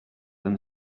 them